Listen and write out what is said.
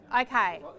Okay